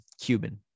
Cuban